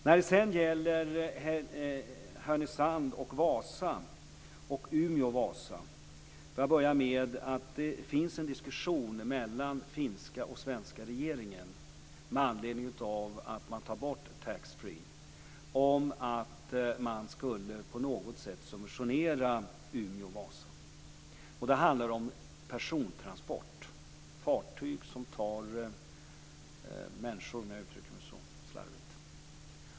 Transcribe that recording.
När det sedan gäller Härnösand-Vasa och Umeå Vasa vill jag börja med att säga att det finns en diskussion mellan den finska och den svenska regeringen med anledning av att man tar bort taxfree. Det handlar om att man på något sätt skulle subventionera Umeå-Vasa. Det handlar om persontransport, om fartyg som tar människor.